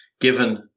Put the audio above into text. given